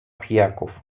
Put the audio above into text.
pijaków